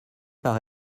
par